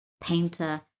painter